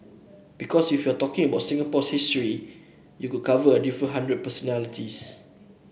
because if you're talking about Singapore's history you could cover a hundred different personalities